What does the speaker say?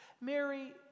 Mary